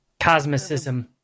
Cosmicism